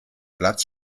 platz